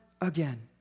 again